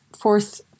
fourth